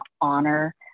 honor